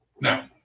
Now